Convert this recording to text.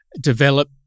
develop